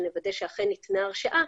שנוודה שאכן ניתנה הרשאה,